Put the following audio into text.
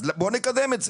אז בוא נקדם את זה,